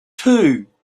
two